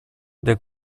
для